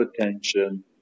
attention